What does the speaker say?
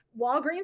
Walgreens